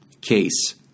case